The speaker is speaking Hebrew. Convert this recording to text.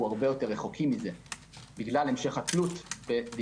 אנחנו הרבה יותר רחוקים מזה בגלל המשך התלות- --.